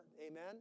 Amen